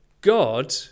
God